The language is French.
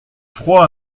froid